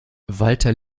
walter